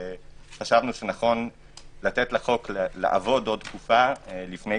וחשבנו שנכון לתת לחוק לעבוד עוד תקופה לפני